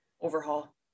overhaul